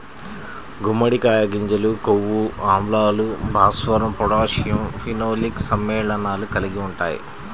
గుమ్మడికాయ గింజలు కొవ్వు ఆమ్లాలు, భాస్వరం, పొటాషియం, ఫినోలిక్ సమ్మేళనాలు కలిగి ఉంటాయి